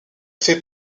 fait